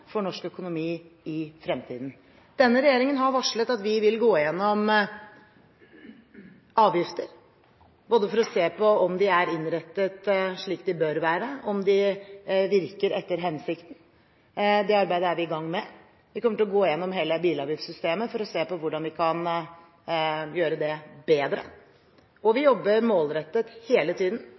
for norsk økonomi i fremtiden. Denne regjeringen har varslet at den vil gå igjennom avgiftene for å se på om de er innrettet slik de bør være, om de virker etter hensikten. Dette arbeidet er vi i gang med. Vi kommer til å gå igjennom hele bilavgiftssystemet for å se på hvordan vi kan gjøre det bedre. Vi jobber hele tiden